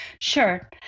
Sure